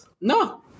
no